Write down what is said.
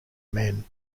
men